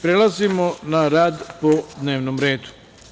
Prelazimo na rad po dnevnom redu.